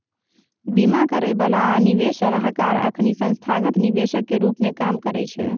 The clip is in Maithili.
बीमा करइ बला आ निवेश सलाहकार अखनी संस्थागत निवेशक के रूप में काम करइ छै